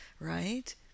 Right